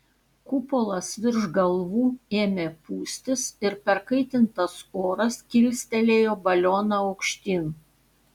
kupolas virš galvų ėmė pūstis ir perkaitintas oras kilstelėjo balioną aukštyn